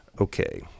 Okay